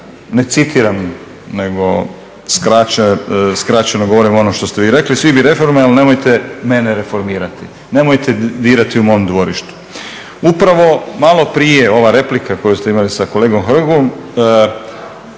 ne citiram, nego skraćeno govorim ono što ste vi rekli, svi bi reforme ali nemojte mene reformirati, nemojte dirati u mom dvorištu. Upravo malo prije ova replika koju ste imali s kolegom Hrgom,